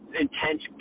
intense